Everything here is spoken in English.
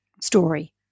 story